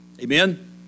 Amen